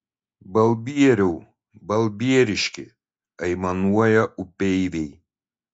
balbieriau balbieriški aimanuoja upeiviai